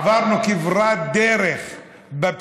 הרבה רוזין.